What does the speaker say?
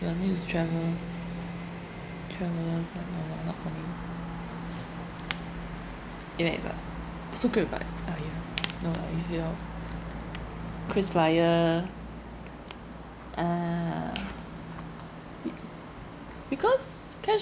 you only use to travel travellers ah no lah not coming AMEX ah so good you buy uh yeah no lah if you don't Krisflyer uh i~ because